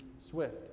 swift